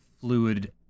fluid